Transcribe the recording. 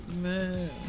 man